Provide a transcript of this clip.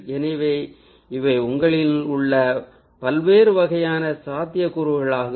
எனவே இவை உங்களிடம் உள்ள பல்வேறு வகையான சாத்தியக்கூறுகள் ஆகும்